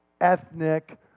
ethnic